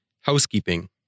housekeeping